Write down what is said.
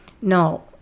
no